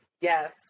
Yes